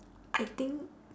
I think